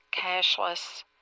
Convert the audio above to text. cashless